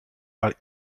are